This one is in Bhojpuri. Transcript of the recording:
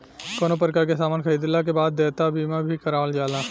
कवनो प्रकार के सामान खरीदला के बाद देयता बीमा भी करावल जाला